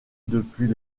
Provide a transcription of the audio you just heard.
depuis